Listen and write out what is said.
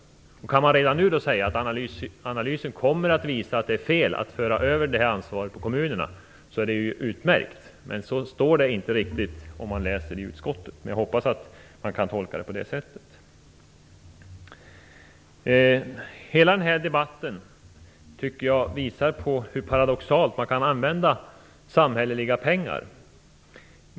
Kan man redan nu säga att analysen kommer att visa att det är fel att föra över det här ansvaret på kommunerna är det utmärkt. Men så står det inte riktigt om man läser i betänkandet. Men jag hoppas att man kan tolka det på det sättet. Hela den här debatten tycker jag visar på hur paradoxalt man kan använda samhälleliga pengar.